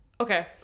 Okay